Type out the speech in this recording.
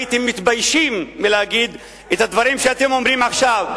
הייתם מתביישים מלהגיד את הדברים שאתם אומרים עכשיו.